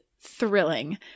thrilling